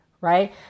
Right